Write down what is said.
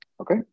Okay